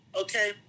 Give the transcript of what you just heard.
okay